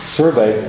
survey